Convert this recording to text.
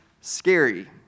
scary